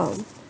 um